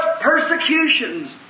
persecutions